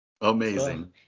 Amazing